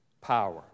power